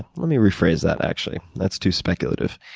let me rephrase that, actually. that's too speculative.